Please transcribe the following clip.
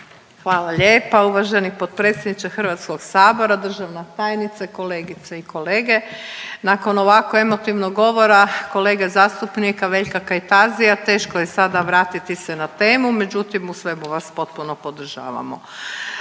Hvala lijepa uvaženi potpredsjedniče Hrvatskog sabora. Državna tajnice, kolegice i kolege. Nakon ovako emotivnog govora kolege zastupnika Veljka Kajtazija teško je sada vratiti se na temu, međutim u svemu vas potpuno podržavamo.